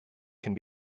can